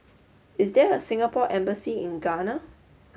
is there a Singapore embassy in Ghana